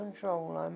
control